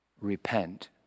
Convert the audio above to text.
repent